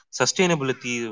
sustainability